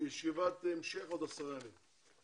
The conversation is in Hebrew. המשך עוד עשרה ימים.